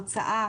הרצאה,